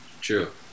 true